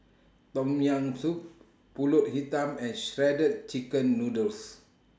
Tom Yam Soup Pulut Hitam and Shredded Chicken Noodles